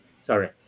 sorry